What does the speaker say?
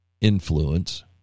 influence